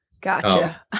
Gotcha